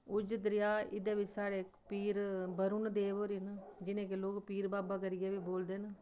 उज्ज दरेआ इ'दे बिच्च साढ़े पीर वरुन देव होरी न जिनें गी लोक पीर बाबा करियै बी बोलदे न